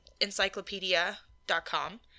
encyclopedia.com